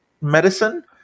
medicine